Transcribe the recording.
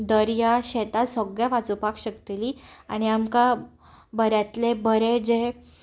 दर्या शेतां सगळें वांचोवपाक शकतलीं आनी आमकां बऱ्यांतलें बरें जें